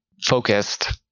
focused